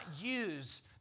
use